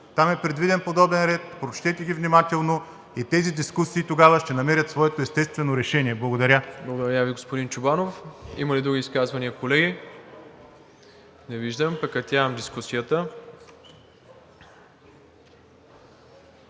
Там е предвиден подобен ред, прочетете ги внимателно и тези дискусии тогава ще намерят своето естествено решение. Благодаря. ПРЕДСЕДАТЕЛ МИРОСЛАВ ИВАНОВ: Благодаря Ви, господин Чобанов. Има ли други изказвания, колеги? Не виждам. Прекратявам дискусията.